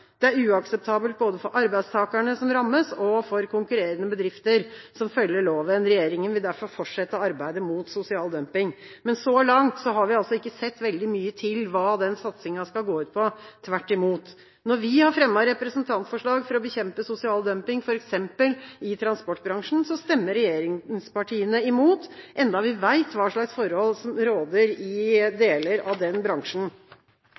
er uakseptabelt, både for arbeidstakerne som rammes og for konkurrerende bedrifter som følger loven. Regjeringen vil derfor fortsette arbeidet mot sosial dumping.» Men så langt har vi ikke sett veldig mye til hva den satsinga skal gå ut på – tvert imot. Når vi har fremmet representantforslag for å bekjempe sosial dumping, f.eks. i transportbransjen, har regjeringspartiene stemt imot, selv om vi vet hva slags forhold som rår i deler av den bransjen.